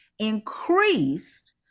increased